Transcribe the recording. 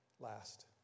last